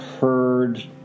heard